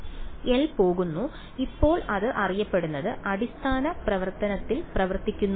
L പോകുന്നു ഇപ്പോൾ അത് അറിയപ്പെടുന്ന അടിസ്ഥാന പ്രവർത്തനത്തിൽ പ്രവർത്തിക്കുന്നു